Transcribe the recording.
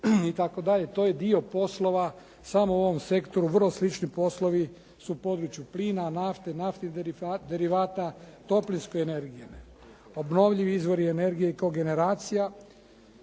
to je dio poslova samo u ovom sektoru. Vrlo slični poslovi su u području plina, nafte, naftnih derivata, toplinske energije. Obnovljivi izvori energije i kogeneracija,